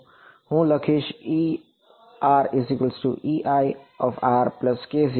હું લખીશErEirk02V2grrrErdr